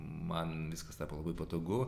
man viskas tapo labai patogu